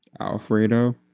Alfredo